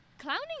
Clowning